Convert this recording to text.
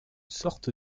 sorte